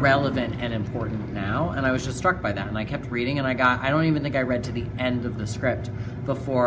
relevant and important now and i was struck by that and i kept reading and i got i don't even think i read to the end of the script before